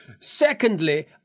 Secondly